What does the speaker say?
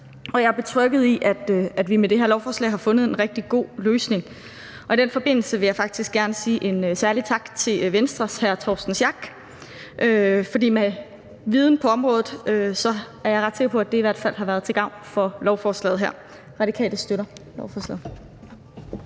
jeg er betrygget i, at vi med det her lovforslag har fundet en rigtig god løsning. Og i den forbindelse vil jeg faktisk gerne sige en særlig tak til Venstres hr. Torsten Schack Pedersen, for hans viden på området er jeg ret sikker på i hvert fald har været til gavn for lovforslaget her. Radikale støtter lovforslaget.